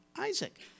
Isaac